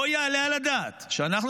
לא יעלה על הדעת שאנחנו,